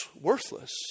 worthless